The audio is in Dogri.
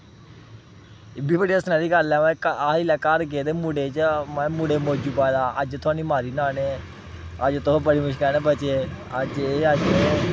इब्बी बड़ी हस्सने आह्ली गल्ल ऐ अह् जेल्लै घर गे ते मुड़े च माए मुड़े मौजू पाए दा अज्ज थोआनूं मारी ओड़ना हा उ'नें अज्ज तुस बड़ी मुश्कला कन्नै बचे अज्ज एह् अज्ज एह्